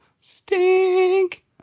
stink